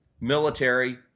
military